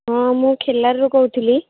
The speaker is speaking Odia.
ହଁ ମୁଁ ଖିଲାରରୁ କହୁଥିଲି